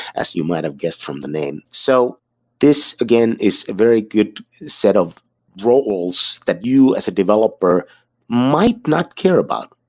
as you might have guessed from the name. so this, again, is a very good set of roles that you as a developer might not care about.